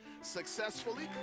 successfully